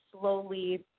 slowly